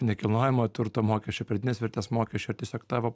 nekilnojamojo turto mokesčio pridėtinės vertės mokesčio ir tiesiog tavo